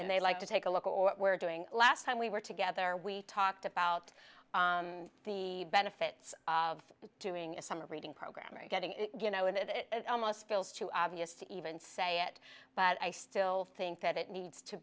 and they like to take a look at what we're doing last time we were together we talked about the benefits of doing a summer reading program or getting a you know it it almost feels too obvious to even say it but i still think that it needs to